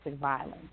violence